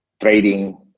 trading